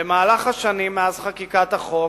במהלך השנים מאז חקיקת החוק